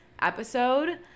episode